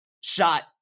shot